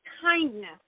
kindness